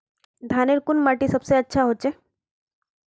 धानेर कुन माटित सबसे अच्छा होचे?